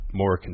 more